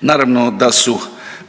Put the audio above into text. naravno da su